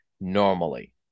normally